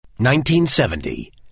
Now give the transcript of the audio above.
1970